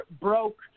broke